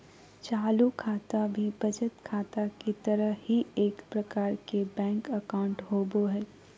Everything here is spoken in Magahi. चालू खाता भी बचत खाता के तरह ही एक प्रकार के बैंक अकाउंट होबो हइ